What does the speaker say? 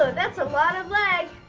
that's a lot of leg.